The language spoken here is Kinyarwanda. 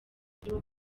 ry’uwo